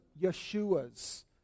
Yeshua's